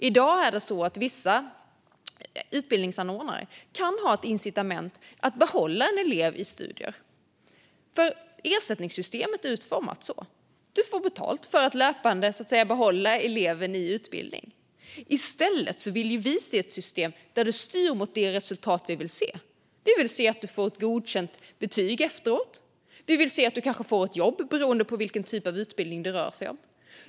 I dag är det så att vissa utbildningsanordnare kan ha ett incitament att behålla en elev i studier, för så är ersättningssystemet utformat: Du får betalt för att löpande behålla eleven i utbildning. I stället vill vi se ett system som styr mot det resultat vi vill se. Vi vill se att du får ett godkänt betyg efteråt, och vi vill se att du kanske får ett jobb, beroende på vilken typ av utbildning det rör sig om.